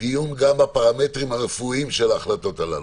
דיון גם בפרמטרים הרפואיים של ההחלטות הללו,